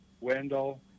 Wendell